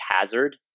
hazard